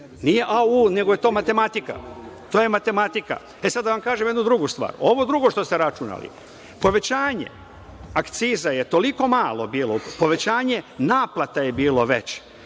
matematika. To je matematika, to je matematika.E, sad da vam kažem jednu drugu stvar, ovo drugo što ste računali, povećanje akciza je toliko malo bilo, povećanje naplata je bilo veće,